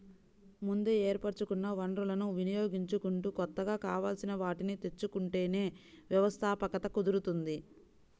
ముందే ఏర్పరచుకున్న వనరులను వినియోగించుకుంటూ కొత్తగా కావాల్సిన వాటిని తెచ్చుకుంటేనే వ్యవస్థాపకత కుదురుతుంది